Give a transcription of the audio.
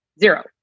zero